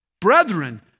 Brethren